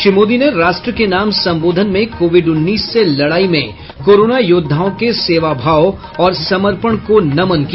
श्री मोदी ने राष्ट्र के नाम संबोधन में कोविड उन्नीस से लड़ाई में कोरोना योद्धाओं के सेवाभाव और समर्पण को नमन किया